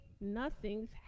nothing's